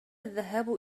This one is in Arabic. الذهاب